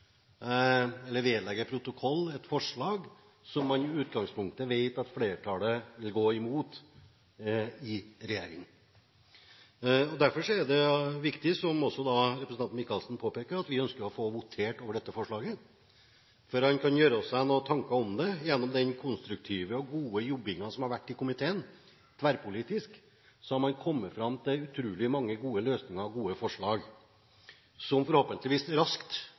eller vedlegge protokollen et forslag som man i utgangspunktet vet at flertallet vil gå imot i regjering. Derfor er det viktig, som også representanten Michaelsen påpeker, at vi får votert over dette forslaget. En kan gjøre seg noen tanker om det. Gjennom den konstruktive og gode jobbingen som har vært i komiteen – tverrpolitisk – har man kommet fram til utrolig mange gode løsninger og gode forslag som forhåpentligvis raskt